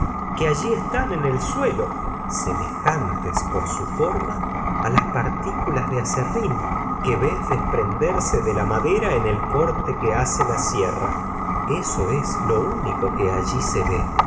que en suelo semejantes ves su a las partículas de aserrín en que desprenderse eso es madera el corte que hace la sierra que a lo único que allí se ve